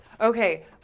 Okay